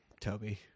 Toby